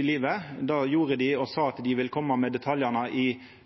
livet. Det gjorde dei, og sa at dei skulle koma med detaljane